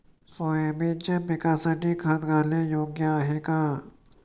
सोयाबीनच्या पिकासाठी खत घालणे योग्य आहे का?